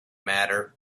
matter